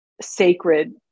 sacred